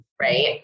right